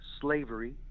slavery